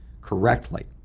correctly